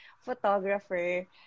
photographer